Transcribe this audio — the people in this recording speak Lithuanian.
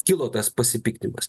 kilo tas pasipiktinimas